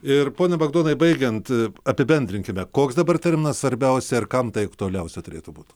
ir pone bagdonai baigiant apibendrinkime koks dabar terminas svarbiausia ir kam tai aktualiausia turėtų būt